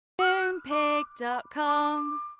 Moonpig.com